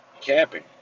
camping